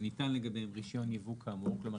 שניתן לגביהם רישיון יבוא כאמור כלומר,